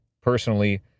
personally